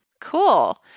Cool